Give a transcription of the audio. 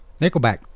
Nickelback